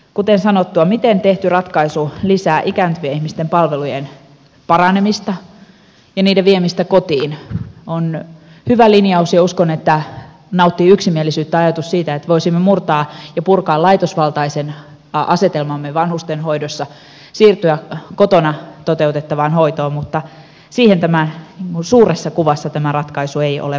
kuten sanottua miten tehty ratkaisu lisää ikääntyvien ihmisten palvelujen paranemista ja niiden viemistä kotiin on hyvä linjaus ja uskon että nauttii yksimielisyyttä ajatus siitä että voisimme murtaa ja purkaa laitosvaltaisen asetelmamme vanhustenhoidossa siirtyä kotona toteutettavaan hoitoon mutta siihen tämä ratkaisu suuressa kuvassa ei ole vastaamassa